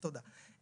תודה.